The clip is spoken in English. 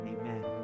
Amen